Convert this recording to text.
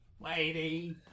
Lady